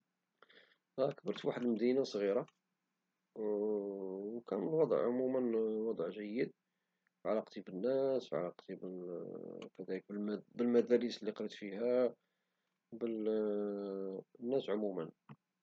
كبرت فواحد المدينة صغيرة وكان الوضع عمووا وضع جيد في علاقتي بالناس وعلاقتي كذلك بالمدارس لي قريت فيها وبالناس عموما